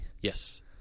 Yes